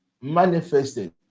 manifested